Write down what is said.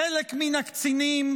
חלק מן הקצינים,